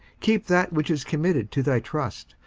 keep that which is committed to thy trust,